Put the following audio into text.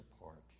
apart